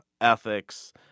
ethics